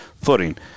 footing